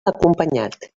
acompanyat